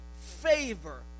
favor